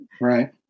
right